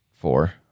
Four